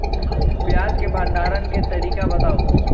प्याज के भंडारण के तरीका बताऊ?